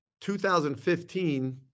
2015